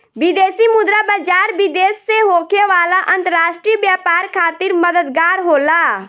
विदेशी मुद्रा बाजार, विदेश से होखे वाला अंतरराष्ट्रीय व्यापार खातिर मददगार होला